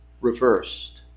reversed